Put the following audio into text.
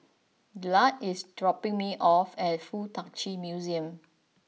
Dillard is dropping me off at Fuk Tak Chi Museum